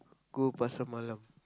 go Pasar alam